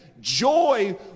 joy